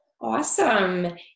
Awesome